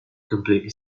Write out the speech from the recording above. completely